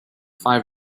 five